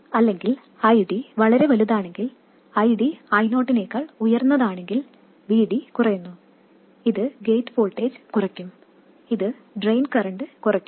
അല്ലെങ്കിൽ ID വളരെ വലുതാണെങ്കിൽ ID I0 നേക്കാൾ ഉയർന്നതാണെങ്കിൽ VD കുറയുന്നു ഇത് ഗേറ്റ് വോൾട്ടേജ് കുറയ്ക്കും ഇത് ഡ്രെയിൻ കറന്റ് കുറയ്ക്കും